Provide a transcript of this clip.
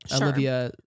Olivia